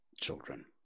children